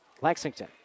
Lexington